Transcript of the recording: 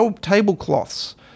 tablecloths